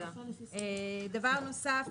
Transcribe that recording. דבר נוסף,